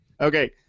Okay